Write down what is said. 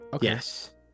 Yes